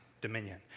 dominion